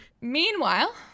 Meanwhile